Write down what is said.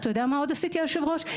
אתה יודע מה עוד עשיתי היושב ראש?